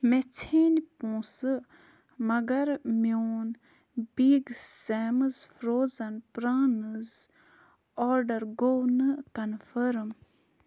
مےٚ ژھیٚنۍ پۄنٛسہٕ مگر میٛون بِگ سیمٕز فرٛوزٕن پرٛانٕز آرڈر گوٚو نہٕ کنفٲرٕم